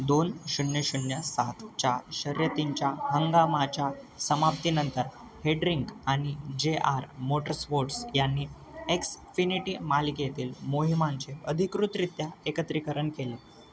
दोन शून्य शून्य सातच्या शर्यतींच्या हंगामाच्या समाप्तीनंतर हेड्रिंक आणि जे आर मोटरस्पोर्टस् यांनी एक्सफिनिटी मालिकेतील मोहिमांचे अधिकृतरित्या एकत्रीकरण केले